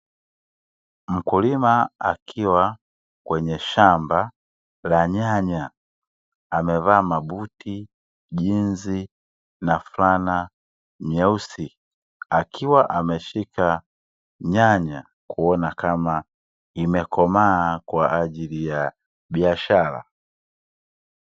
Mkulima akiwa kwenye shamba la nyanya. Amevaa mabuti, jinzi na fulana nyeusi; akiwa ameshika nyanya kuona kama imekomaa kwa ajili ya biashara.